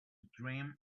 dream